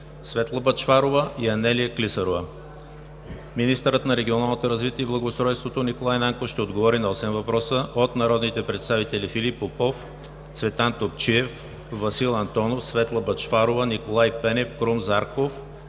Светла Бъчварова; и Анелия Клисарова. Министърът на регионалното развитие и благоустройството Николай Нанков ще отговори на осем въпроса от народните представители Филип Попов и Цветан Топчиев; Васил Антонов; Светла Бъчварова и Николай Пенев; Крум Зарков;